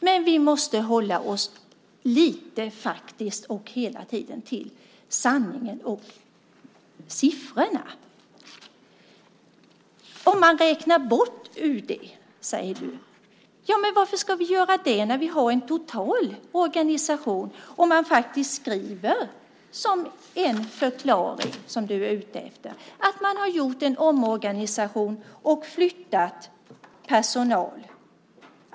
Men vi måste hela tiden hålla oss till sanningen och siffrorna. Om man räknar bort UD, säger du. Varför ska vi göra det när vi har en total organisation? Som en förklaring, som du är ute efter, skriver man faktiskt att man har gjort en omorganisation och flyttat personal.